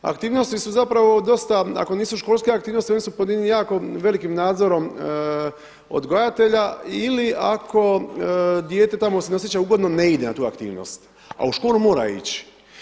Aktivnosti su zapravo dosta, ako nisu školske aktivnosti oni su pod jednim jako velikim nadzorom odgajatelja ili ako dijete tamo se ne osjeća ugodno ne ide na tu aktivnost, a u školu mora ići.